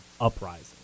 uprising